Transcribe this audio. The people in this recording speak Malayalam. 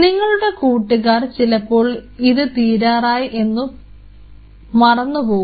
നിങ്ങളുടെ കൂട്ടുകാർ ചിലപ്പോൾ ഇത് തീരാറായി എന്ന് മറന്നു പോകും